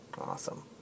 Awesome